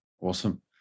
Awesome